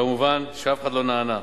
כמובן שאף אחד לא נענה,